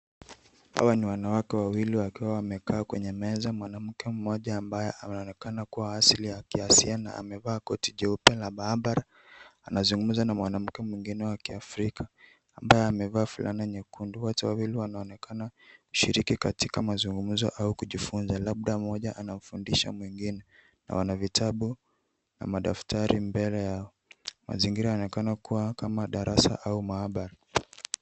Hawa ni wanawake wawili wakiwa wamekaa kwenye meza mwanamke mmoja ambaye anaonekana kuwa wa asili ya Kiasia amevaa koti jeupe la maabara anazungumza na mwanamke mwingine wa kiafrika ambaye amevaa fulana nyekundu. Wote wawili wanaonekana wakishiriki katika mazungumzo au kujifunza, labda mmoja anamfundisha mwingine na wana vitabu na madaftari mbele yao. Mazingira yanaonekana kuwa kama darasa au maabara.